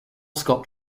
scott